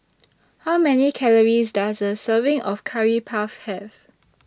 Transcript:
How Many Calories Does A Serving of Curry Puff Have